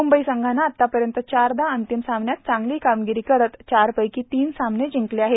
मुंबई संघानं आतापर्यंत चारदा अंतिम सामन्यात चांगली कामगिरी करत चारपैकी तीन सामने जिंकले आहेत